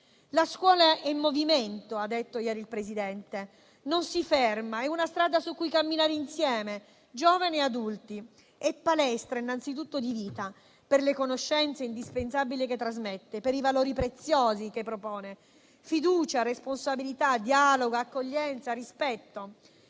La scuola è movimento - ha detto ieri il Presidente - e non si ferma, è una strada su cui camminare insieme, giovani e adulti. È palestra innanzitutto di vita, per le conoscenze indispensabili che trasmette, per i valori preziosi che propone: fiducia, responsabilità, dialogo, accoglienza e rispetto.